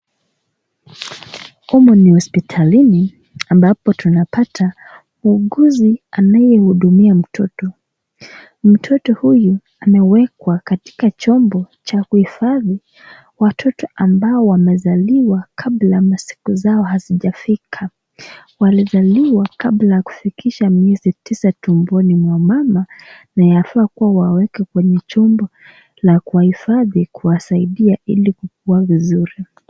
Humu ni hospitalini ambapo tunapata mwuguzi anayemwuhudumia mtoto, mtoto huyu amewekwa katika chombo cha kuifadhi watoto ambao wamezaliwa kabla masiku zao hazijafika, walizaliwa kabla kufikisha miezi tisa tumboni mwa mama na yafaa kuwa waweke kwenye chumba la kuifadhi kuwasaidia ili kukua vizuri.